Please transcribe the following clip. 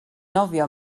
nofio